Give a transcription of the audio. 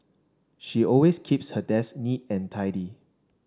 she always keeps her desk neat and tidy